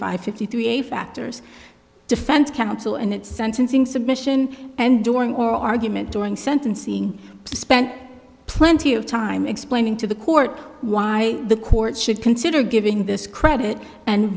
five fifty three a factors defense counsel and at sentencing submission and during oral argument during sentencing spend plenty of time explaining to the court why the court should consider giving this credit and